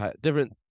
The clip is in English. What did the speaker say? different